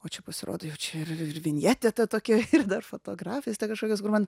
o čia pasirodo jau čia ir ir ir vinjetė ta tokia ir dar fotografijos ten kažkokios kur man